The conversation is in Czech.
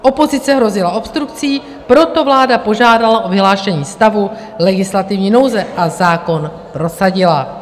Opozice hrozila obstrukcí, proto vláda požádala o vyhlášení stavu legislativní nouze a zákon prosadila.